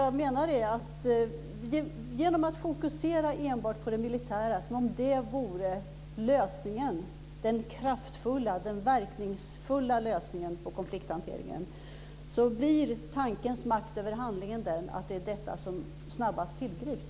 Genom att fokusera enbart på det militära, som om det vore den kraftfulla och verkningsfulla lösningen på konflikthanteringen, innebär tankens makt över handlingen att det är detta som snabbast tillgrips.